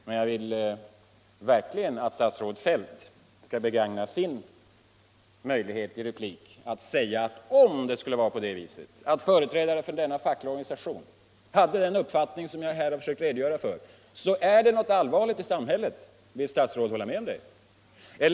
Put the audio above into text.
Men jag vill verkligen att statsrådet Feldt skall begagna sin möjlighet till replik och säga, att om företrädare för denna fackliga organisation hade den uppfattning jag här försökt redogöra för så är det någonting allvarligt i samhället. Vill statsrådet hålla med om det?